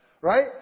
right